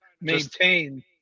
maintain